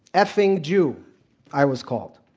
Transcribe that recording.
ah f-ing jew, i was called.